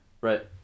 right